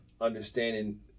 understanding